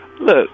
Look